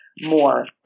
more